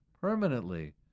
permanently